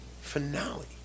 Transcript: finale